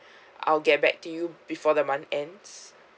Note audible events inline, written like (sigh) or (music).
(breath) I'll get back to you before the month ends